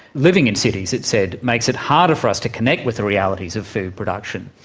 living in cities, it's said, makes it harder for us to connect with the realities of food production,